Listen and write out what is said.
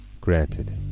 Granted